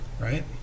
right